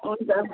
हुन्छ